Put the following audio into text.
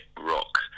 Rock